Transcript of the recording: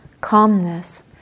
calmness